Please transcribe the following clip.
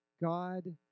God